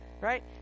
right